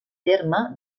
terme